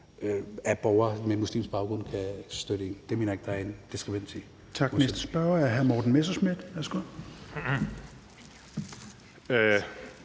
at borgere med muslimsk baggrund støtter en. Det mener jeg ikke der er. Kl.